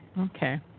okay